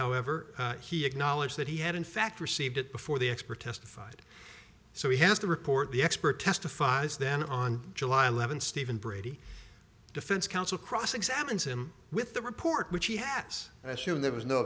however he acknowledged that he had in fact received it before the expert testified so he has to report the expert testified then on july eleventh steven brady defense counsel cross examines him with the report which he has i assume there was no